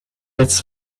its